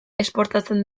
esportatzen